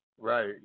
Right